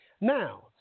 Now